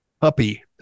puppy